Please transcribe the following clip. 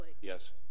yes